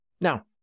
Now